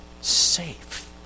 safe